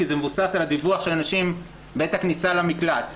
כי זה מבוסס על הדיווח של הנשים בעת הכניסה למקלט.